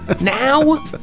now